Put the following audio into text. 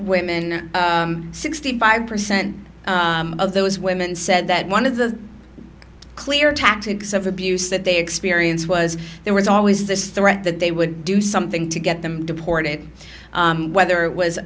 women sixty five percent of those women said that one of the clear tactics of abuse that they experience was there was always this threat that they would do something to get them deported whether it was